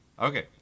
Okay